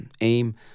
aim